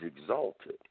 exalted